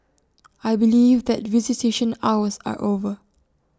I believe that visitation hours are over